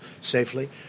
safely